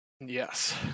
Yes